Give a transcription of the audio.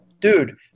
Dude